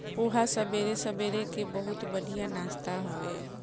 पोहा सबेरे सबेरे कअ बहुते बढ़िया नाश्ता हवे